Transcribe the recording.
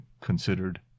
considered